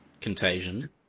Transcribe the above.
Contagion